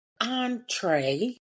entree